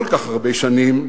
כל כך הרבה שנים,